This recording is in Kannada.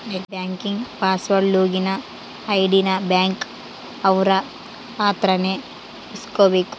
net banking password login ID ನ ಬ್ಯಾಂಕ್ ಅವ್ರ ಅತ್ರ ನೇ ಇಸ್ಕಬೇಕು